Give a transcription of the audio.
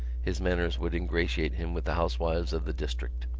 his manners would ingratiate him with the housewives of the district.